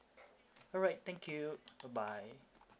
alright thank you bye bye